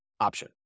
option